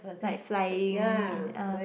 like flying in uh